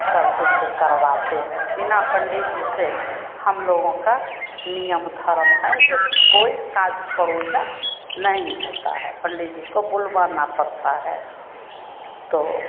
सब कुछ वे करवाते हैं बिना पंडित जी से हम लोगों का नियम धर्म है जब कोई कार्य प्रयोजन नहीं होता है पंडित जी को बुलवाना पड़ता है तो